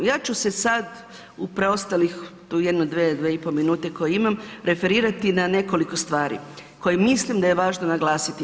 Ja ću se sad u preostalih tu jedno 2, 2,5 minute koje imam referirati na nekoliko stvari koje mislim da je važno naglasiti.